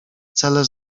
cele